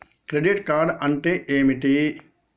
Credit card అంటే ఏమిటి?